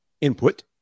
input